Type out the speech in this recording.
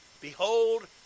Behold